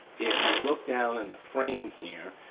if you look down in the frame here,